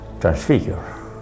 transfigure